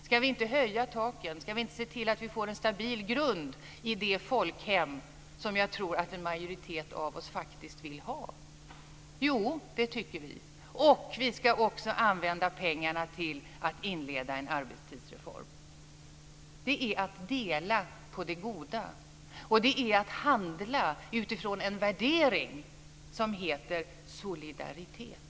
Ska vi inte höja taken? Ska vi inte se till att vi får en stabil grund i det folkhem som jag tror att en majoritet av oss faktiskt vill ha? Jo, det tycker vi. Vi ska också använda pengarna till att inleda en arbetstidsreform. Det är att dela på det goda, och det är att handla utifrån en värdering som heter solidaritet.